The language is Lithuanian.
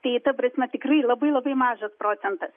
tai ta prasme tikrai labai labai mažas procentas